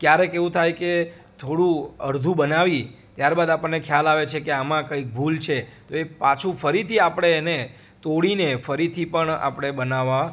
ક્યારેક એવું થાય કે થોડું અડધું બનાવી ત્યાર બાદ આપણને ખ્યાલ આવે છે કે આમાં કઈ ભૂલ છે તો એ પાછું ફરીથી આપણે એને તોડીને ફરીથી પણ આપણે બનાવવા